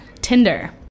Tinder